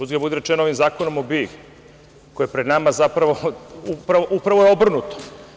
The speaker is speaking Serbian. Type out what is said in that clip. Uzgred budi rečeno, ovim Zakonom o BIA, koji je pred nama, zapravo je obrnuto.